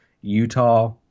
Utah